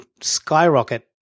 skyrocket